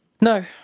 no